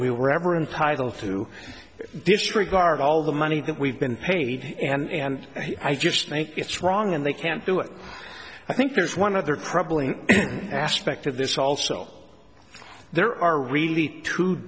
we were ever entitle to disregard all the money that we've been paid and i just think it's wrong and they can't do it i think there's one other crippling aspect of this also there are really two